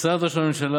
משרד ראש הממשלה,